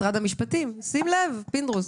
משרד המשפטים, שים לב פינדרוס.